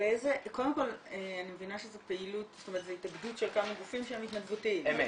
אני מבינה שזו התאגדות של כמה גופים שהם התנדבותיים.